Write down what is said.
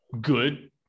good